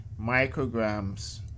micrograms